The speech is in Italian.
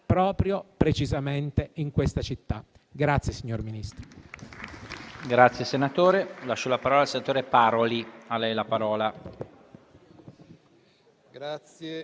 capitale, precisamente in questa città. Grazie, signor Ministro.